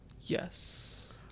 Yes